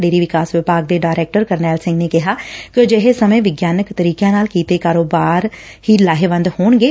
dairy ਵਿਕਾਸ ਵਿੱਭਾਗ ਦੇ ਡਾਇਰੈਕਟਰ ਕਰਨੈਲ ਸਿੰਘ ਨੇ ਕਿਹਾ ਕਿ ਅਜਿਹੇ ਸਮੇਂ ਵਿਗਿਆਨਕ ਤਰੀਕਿਆਂ ਨਾਲ ਕੀਤੇ ਕਾਰੋਬਾਰ ਹੀ ਲਾਹੇਵੰਦ ਹੋਣਗੇ